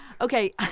Okay